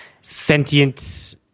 sentient